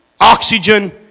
oxygen